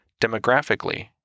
Demographically